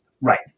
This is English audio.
Right